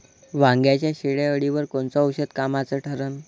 वांग्याच्या शेंडेअळीवर कोनचं औषध कामाचं ठरन?